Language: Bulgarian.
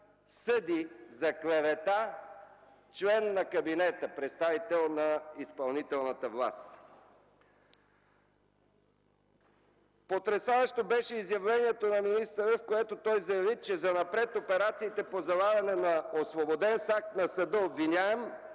съди за клевета член на кабинета, представител на изпълнителната власт. Потресаващо беше изявлението на министъра, в което той заяви, че занапред операциите по залавяне на освободен с акт на съда обвиняем,